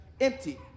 empty